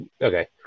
okay